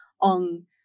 on